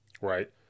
Right